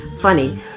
funny